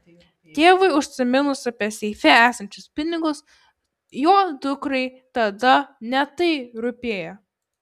tėvui užsiminus apie seife esančius pinigus jo dukrai tada ne tai rūpėjo